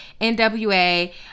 nwa